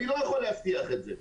אני לא יכול להבטיח את זה.